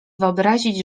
wyobrazić